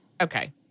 Okay